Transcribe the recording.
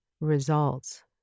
results